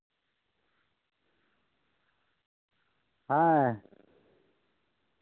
ᱦᱮᱸ